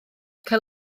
cael